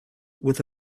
with